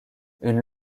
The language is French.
une